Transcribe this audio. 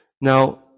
Now